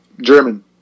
German